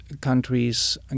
countries